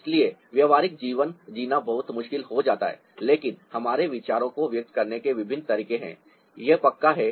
इसलिए व्यावहारिक जीवन जीना बहुत मुश्किल हो जाता है लेकिन हमारे विचारों को व्यक्त करने के विभिन्न तरीके हैं यह पक्का है